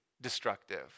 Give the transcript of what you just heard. destructive